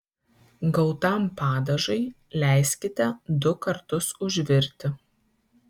gautam padažui leiskite du kartus užvirti